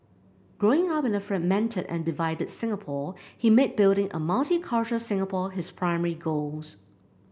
Growing Up in a fragmented and divided Singapore he made building a multicultural Singapore his primary goals